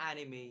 anime